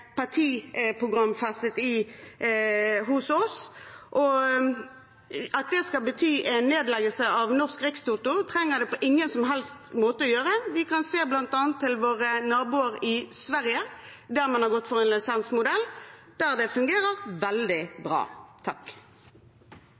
hos oss. At det skal bety en nedleggelse av Norsk Rikstoto, trenger det ikke på noen som helst måte å gjøre. Vi kan se bl.a. til våre naboer i Sverige, der man har gått for en lisensmodell, som fungerer veldig